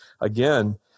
again